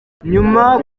nyuma